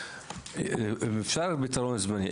אם אפשר פתרון זמני,